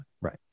Right